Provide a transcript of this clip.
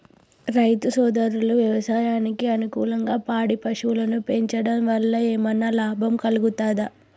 రైతు సోదరులు వ్యవసాయానికి అనుకూలంగా పాడి పశువులను పెంచడం వల్ల ఏమన్నా లాభం కలుగుతదా?